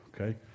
Okay